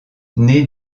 née